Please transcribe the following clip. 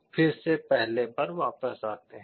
फिर से पहले पर वापस आते हैं